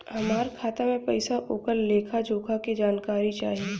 हमार खाता में पैसा ओकर लेखा जोखा के जानकारी चाही?